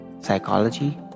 psychology